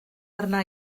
arna